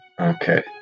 Okay